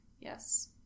Yes